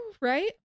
right